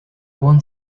want